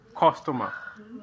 customer